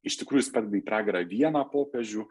iš tikrųjų jis padeda į pragarą vieną popiežių